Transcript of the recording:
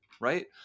right